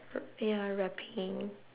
r~ ya rapping